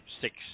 six